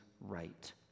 right